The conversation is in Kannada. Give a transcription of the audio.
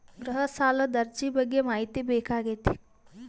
ಗೃಹ ಸಾಲದ ಅರ್ಜಿ ಬಗ್ಗೆ ಮಾಹಿತಿ ಬೇಕಾಗೈತಿ?